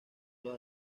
los